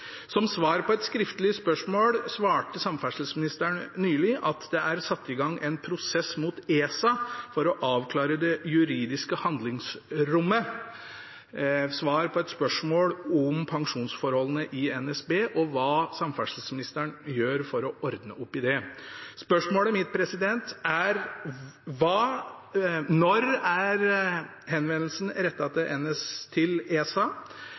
Som svar på et skriftlig spørsmål sa samferdselsministeren nylig at det er satt i gang en prosess overfor ESA for å avklare det juridiske handlingsrommet. Det var svar på et spørsmål om pensjonsforholdene i NSB og hva samferdselsministeren gjør for å ordne opp i det. Spørsmålet mitt er: Når ble henvendelsen rettet til ESA?